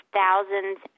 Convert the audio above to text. thousands